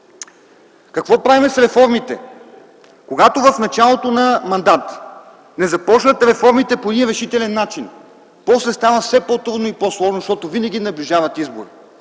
Какво правим с реформите? Когато в началото на мандата не започнат реформите по един решителен начин после става все по-трудно и по-сложно, защото винаги наближават избори,